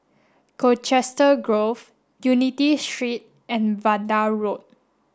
Colchester Grove Unity Street and Vanda Road